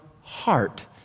heart